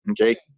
Okay